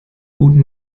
guten